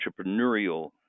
entrepreneurial